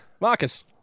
Marcus